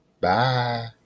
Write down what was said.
Bye